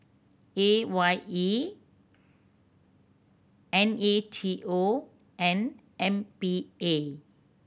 A Y E N A T O and M P A